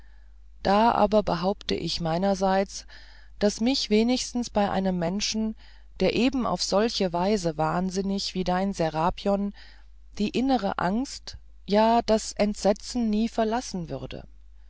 dann aber behaupte ich meinerseits daß mich wenigstens bei einem menschen der eben auf solche weise wahnsinnig wie dein serapion die innere angst ja das entsetzen nie verlassen würde